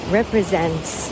represents